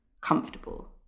comfortable